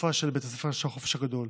התקופה של בית הספר של החופש הגדול.